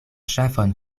ŝafon